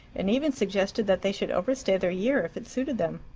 and even suggested that they should overstay their year if it suited them.